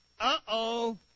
Uh-oh